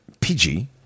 pg